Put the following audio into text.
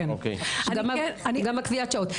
גם קביעת השעות.